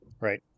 Right